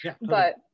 but-